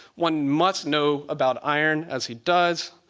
one must know about iron, as he does,